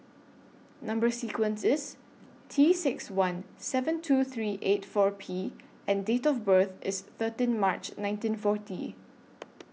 Number sequence IS T six one seven two three eight four P and Date of birth IS thirteen March nineteen forty